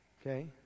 Okay